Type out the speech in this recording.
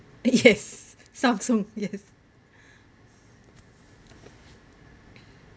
yes Samsung yes